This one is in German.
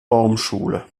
baumschule